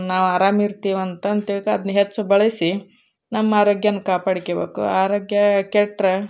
ನಾವು ಆರಾಮ ಇರ್ತೀವಿ ಅಂತಂತ ತಿಳ್ಕ ಅದನ್ನ ಹೆಚ್ಚು ಬಳಸಿ ನಮ್ಮ ಆರೋಗ್ಯನ ಕಾಪಾಡ್ಕೊಬೇಕು ಆರೋಗ್ಯ ಕೆಟ್ರೆ